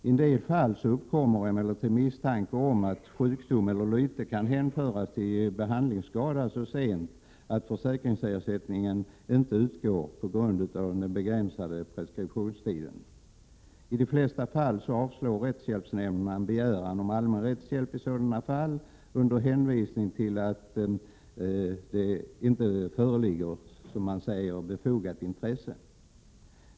I en del fall uppkommer misstanke om att sjukdom eller lyte kan hänföras till behandlingsskada så sent att försäkringsersättning inte utgår på grund av den begränsade preskriptionstiden. I de flesta fall avslår rättshjälpsnämnderna en begäran om allmän rättshjälp i sådana fall under hänvisning till att s.k. befogat intresse inte föreligger.